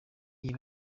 iyi